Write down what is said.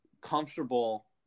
comfortable